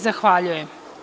Zahvaljujem.